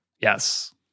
yes